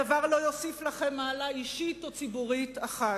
הדבר לא יוסיף לכם מעלה אישית או ציבורית אחת.